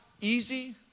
easy